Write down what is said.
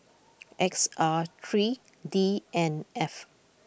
X R three D N F